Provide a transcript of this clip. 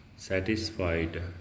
Satisfied